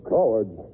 Cowards